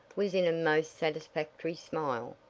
was in a most satisfactory smile,